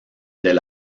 del